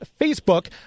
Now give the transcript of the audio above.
facebook